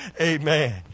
Amen